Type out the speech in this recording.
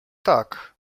tak